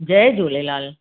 Jay Jhulelal